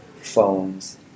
phones